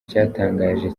cyatangaje